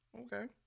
Okay